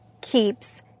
keeps